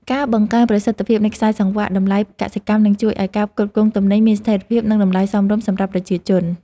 ការបង្កើនប្រសិទ្ធភាពនៃខ្សែសង្វាក់តម្លៃកសិកម្មនឹងជួយឱ្យការផ្គត់ផ្គង់ទំនិញមានស្ថិរភាព និងតម្លៃសមរម្យសម្រាប់ប្រជាជន។